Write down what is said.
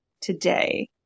today